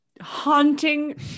haunting